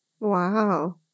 wow